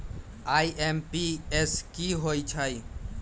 IMPS की होईछइ?